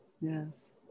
yes